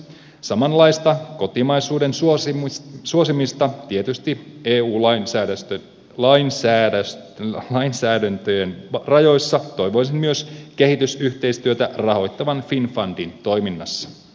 samanlaista kotimaisuuden suosimista tietysti eu lainsäädännön rajoissa toivoisin myös kehitysyhteistyötä rahoittavan finnfundin toiminnassa